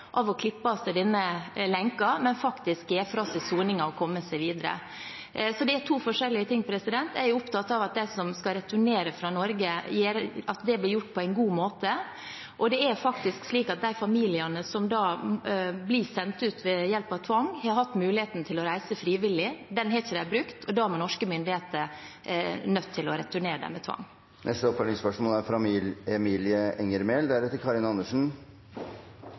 å klippe av seg denne lenken, men faktisk gjøre seg ferdig med soningen og komme seg videre. Så det er to forskjellige ting. Jeg er opptatt av at returene av dem som skal returneres fra Norge, blir utført på en god måte. Det er også faktisk slik at de familiene som blir sendt ut ved hjelp av tvang, har hatt muligheten til å reise frivillig. Den har de ikke brukt, og da er norske myndigheter nødt til å returnere dem med tvang. Emilie Enger Mehl – til oppfølgingsspørsmål. Politidistriktene er